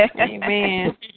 Amen